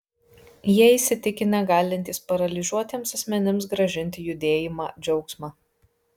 jie įsitikinę galintys paralyžiuotiems asmenims grąžinti judėjimą džiaugsmą